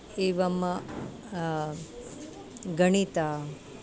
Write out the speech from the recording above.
एवम् गणितं